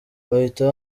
bahita